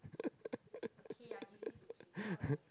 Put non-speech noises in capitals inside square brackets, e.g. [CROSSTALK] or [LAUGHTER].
[LAUGHS]